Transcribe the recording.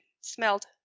Smelled